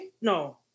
No